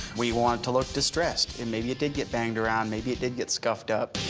we want it to look distressed. and maybe it did get banged around. maybe it did get scuffed up.